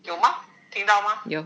有吗听到吗